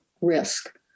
risk